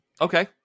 Okay